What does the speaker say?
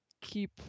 keep